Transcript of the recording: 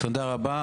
תודה רבה.